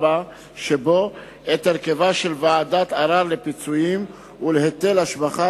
שבו את הרכבה של ועדת ערר לפיצויים ולהיטל השבחה,